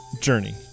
Journey